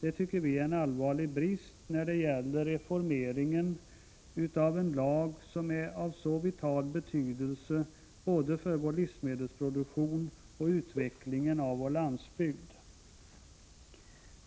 Det tycker vi är en allvarlig brist när det gäller reformeringen av en lag som är av så vital betydelse för vår livsmedelsproduktion och utvecklingen av vår landsbygd.